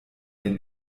den